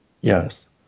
Yes